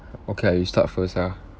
okay ah you start first ah